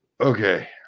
okay